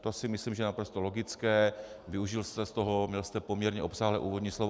To si myslím, že je naprosto logické, využil jste toho, měl jste poměrně obsáhlé úvodní slovo.